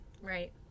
right